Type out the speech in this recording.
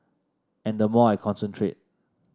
and the more I concentrate